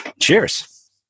cheers